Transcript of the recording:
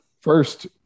first